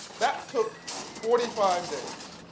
that took forty five days.